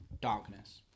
darkness